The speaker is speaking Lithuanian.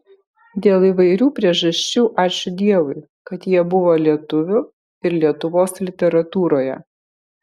dėl įvairių priežasčių ačiū dievui kad jie buvo lietuvių ir lietuvos literatūroje